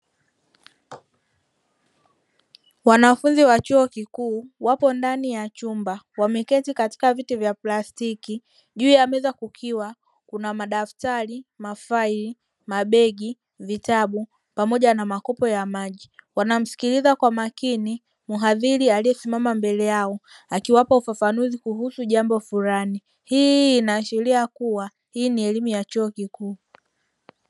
Wanafunzi wa chuo kikuu wapo ndani ya chumba, wameketi katika viti vya plastiki; juu ya meza kukiwa kuna: madaftari, mafaili, mabegi, vitabu pamoja na makopo ya maji; Wanamsikiliza kwa makini mhadhiri aliyesimama mbele yao akiwapa ufafanuzi kuhusu jambo flani. Hii inaashiria kuwa hii ni elimu ya chuo kikuu.